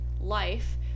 life